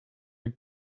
een